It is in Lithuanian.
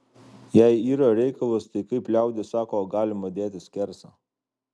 jei yra reikalas tai kaip liaudis sako galima dėti skersą